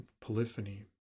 polyphony